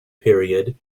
period